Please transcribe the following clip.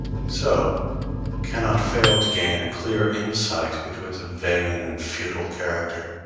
and so cannot fail to gain a clear insight into its vain and futile character.